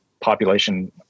population